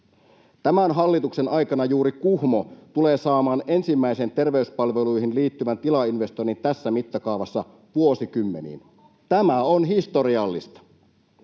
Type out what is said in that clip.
Tämän hallituksen aikana juuri Kuhmo tulee saamaan ensimmäisen terveyspalveluihin liittyvän tilainvestoinnin tässä mittakaavassa vuosikymmeniin. [Pia Sillanpää: